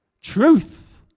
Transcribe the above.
truth